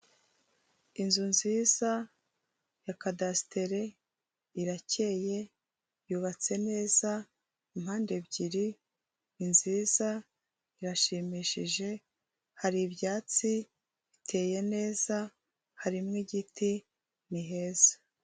Inzu nziza ya kadadasiteri irakeye yubatse neza impande ebyiri ni nziza irashimishije hari ibyatsi biteye neza harimo igiti ni heza.